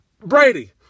Brady